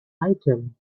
item